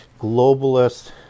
globalist